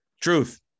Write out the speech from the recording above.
Truth